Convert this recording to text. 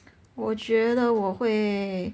我觉得我会